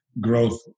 growth